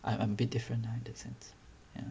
I I'm a bit different lah in that sense